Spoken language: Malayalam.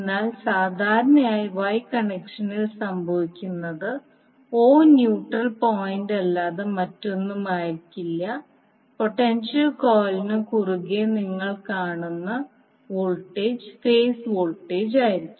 എന്നാൽ സാധാരണയായി Y കണക്ഷനിൽ സംഭവിക്കുന്നത് o ന്യൂട്രൽ പോയിന്റല്ലാതെ മറ്റൊന്നുമായിരിക്കില്ല പൊട്ടൻഷ്യൽ കോയിലിനു കുറുകെ നിങ്ങൾ കാണുന്ന വോൾട്ടേജ് ഫേസ് വോൾട്ടേജായിരിക്കും